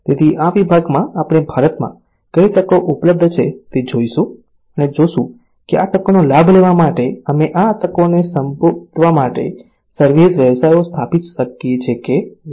તેથી આ વિભાગમાં આપણે ભારતમાં કઈ તકો ઉપલબ્ધ છે તે જોઈશું અને જોશું કે આ તકોનો લાભ લેવા માટે અમે આ તકોને સંબોધવા માટે સર્વિસ વ્યવસાયો સ્થાપી શકીએ કે નહીં